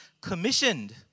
commissioned